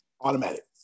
automatic